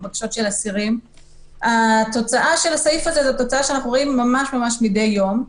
כך שהתוצאה של הסעיף הזה היא תוצאה שאנחנו רואים ממש מדי יום.